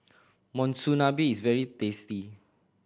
monsunabe is very tasty